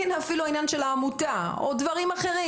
על ענין העמותה או על דברים אחרים,